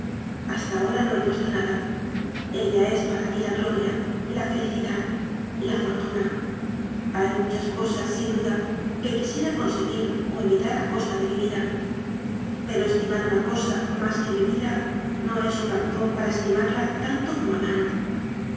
hasta ahora no he puesto nada ella es para mí la gloria la felicidad la fortuna hay muchas cosas sin duda que quisiera conseguir o evitar a costa de mi vida pero estimar una cosa más que mi vida no es una razón para estimarla tanto como a manon